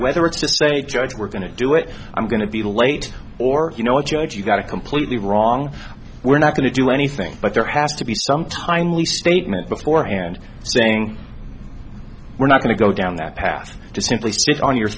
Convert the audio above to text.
whether it's just a judge we're going to do it i'm going to be late or you know what judge you got it completely wrong we're not going to do anything but there has to be some timely statement beforehand saying we're not going to go down that path to simply sit on your